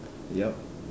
yup